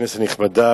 כנסת נכבדה,